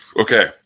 okay